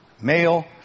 Male